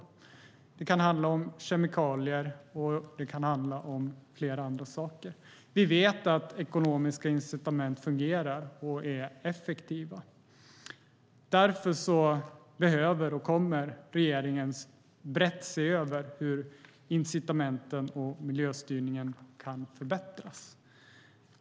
Det kan handla om kemikalier och andra saker. Vi vet att ekonomiska incitament fungerar och är effektiva. Därför behöver och kommer regeringen brett se över hur incitamenten och miljöstyrningen kan förbättras.